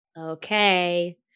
Okay